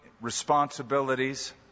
responsibilities